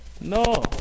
No